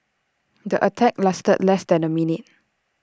the attack lasted less than A minute